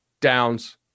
Downs